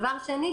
דבר שני,